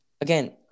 again